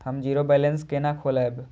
हम zero balance केना खोलैब?